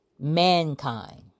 mankind